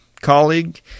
colleague